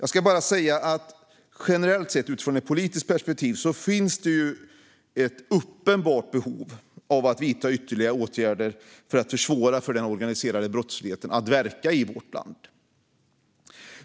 Generellt sett finns det utifrån ett politiskt perspektiv ett uppenbart behov av att vidta ytterligare åtgärder för att försvåra för den organiserade brottsligheten att verka i vårt land.